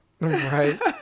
right